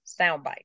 soundbite